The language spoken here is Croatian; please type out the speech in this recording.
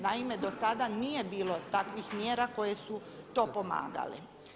Naime, dosada nije bilo takvih mjera koje su to pomagale.